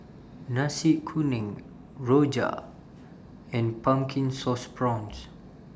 Nasi Kuning Rojak and Pumpkin Sauce Prawns